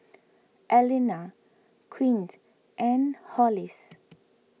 Allena Quint and Hollis